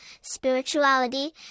spirituality